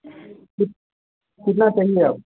कित् कितना चाहिए आपको